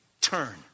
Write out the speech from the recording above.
turn